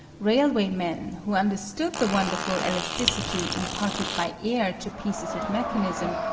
railway men, who understood the wonderful elasticity imparted by air to pieces of mechanism,